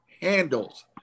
handles